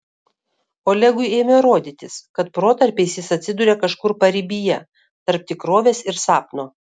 olegui ėmė rodytis kad protarpiais jis atsiduria kažkur paribyje tarp tikrovės ir sapno